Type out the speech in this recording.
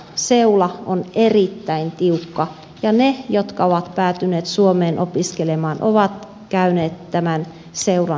seula on erittäin tiukka ja ne jotka ovat päätyneet suomeen opiskelemaan ovat käyneet tämän seulan läpi